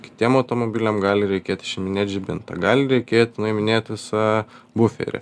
kitiem automobiliam gali reikėt išiminėt žibintą gali reikėt nuiminėt visą buferį